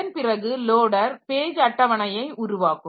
அதன் பிறகு loader page அட்டவணையை உருவாக்கும்